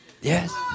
Yes